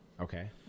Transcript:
Okay